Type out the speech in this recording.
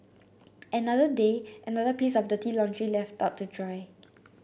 another day another piece of dirty laundry left out to dry